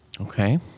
Okay